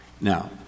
Now